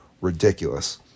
ridiculous